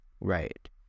Right